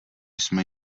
jsme